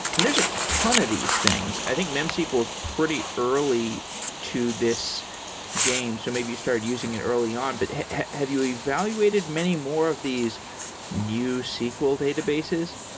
and there's a ton of these things. i think memsql's pretty early to this game. so maybe you started using it early on. but have you evaluated many more of these new sql databases?